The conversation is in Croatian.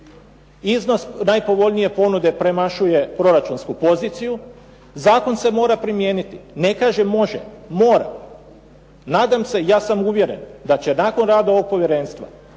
iznos najpovoljnije ponude premašuje proračunsku poziciju, zakon se mora primijeniti. Ne kažem može. Mora. Nadam se, ja sam uvjeren da će nakon rada ovog povjerenstva,